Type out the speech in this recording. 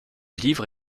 livre